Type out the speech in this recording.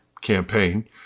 campaign